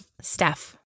Steph